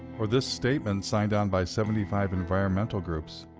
or this statement signed on by seventy five environmental groups,